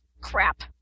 crap